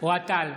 אוהד טל,